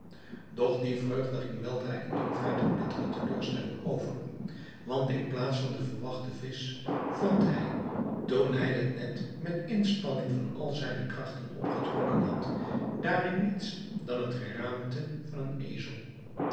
doch die vreugde ging weldra in droefheid en bittere teleurstelling over want in plaats van de verwachte visch vond hij toen hij het net met inspanning van al zijne krachten opgetrokken had daarin niets dan het geraamte van een ezel